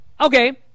okay